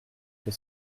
que